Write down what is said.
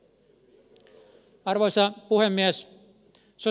arvoisa puhemies